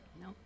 No